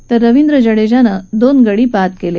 तर रवींद्र जाडेजानं दोन गडी बाद केले